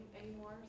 anymore